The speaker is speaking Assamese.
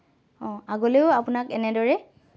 অ আগলৈয়ো আপোনাক এনেদৰে